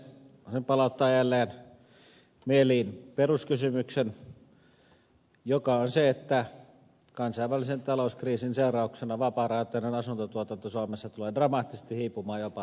voisin palauttaa jälleen mieliin peruskysymyksen joka on se että kansainvälisen talouskriisin seurauksena vapaarahoitteinen asuntotuotanto suomessa tulee dramaattisesti hiipumaan jopa romahtamaan